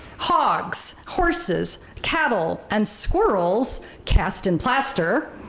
hogs, horses, cattle, and squirrels cast in plaster,